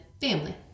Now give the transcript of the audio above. family